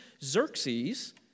Xerxes